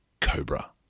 Cobra